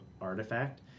artifact